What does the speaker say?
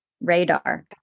radar